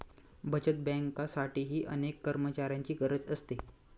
बचत बँकेसाठीही अनेक कर्मचाऱ्यांची गरज असते